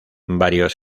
varios